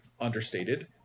understated